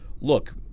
look